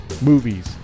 movies